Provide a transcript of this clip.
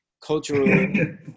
Cultural